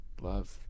love